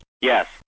Yes